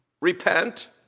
Repent